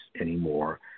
anymore